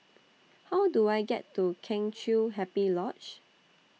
How Do I get to Kheng Chiu Happy Lodge